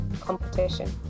competition